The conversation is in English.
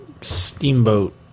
Steamboat